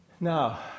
Now